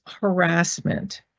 harassment